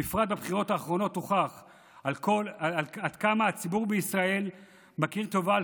בפרט בבחירות האחרונות הוכח עד כמה הציבור בישראל מכיר טובה על